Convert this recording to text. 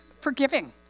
forgiving